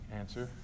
answer